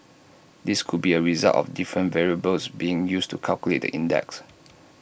this could be A result of different variables being used to calculate index